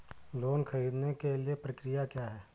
Loan ख़रीदने के लिए प्रक्रिया क्या है?